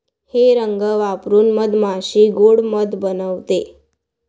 हे रंग वापरून मधमाशी गोड़ मध बनवते